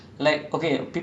ya it's like !wah!